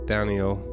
Daniel